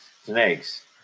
snakes